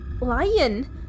Lion